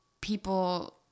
people